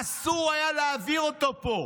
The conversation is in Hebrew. אסור היה להעביר אותו פה.